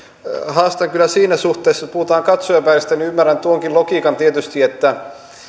haastan kyllä siinä suhteessa puhutaan katsojamääristä ymmärrän tuonkin logiikan tietysti että